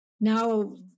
Now